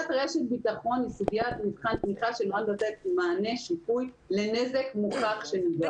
"רשת ביטחון" הוא מבחן תמיכה שנועד לתת שיפוי לנזק מוכח שנגרם.